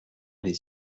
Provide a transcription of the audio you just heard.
les